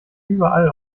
überall